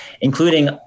including